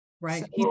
right